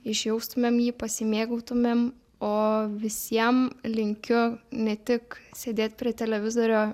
išjaustumėm jį pasimėgautumėm o visiem linkiu ne tik sėdėt prie televizorio